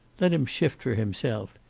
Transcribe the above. let him shift for himself.